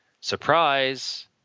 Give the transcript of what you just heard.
surprise